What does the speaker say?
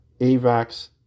AVAX